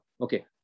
Okay